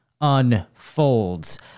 unfolds